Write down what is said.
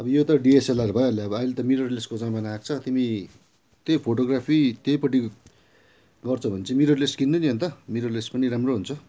अब यो त डिएसएलआर भइहाल्यो अब अहिले त मिररलेसको जमाना आएको छ तिमी त्यही फोटो ग्राफी त्यहीपट्टि गर्छौ भने चाहिँ मिरर लेस किन्नु नि अन्त मिरर लेस पनि राम्रो हुन्छ